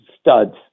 studs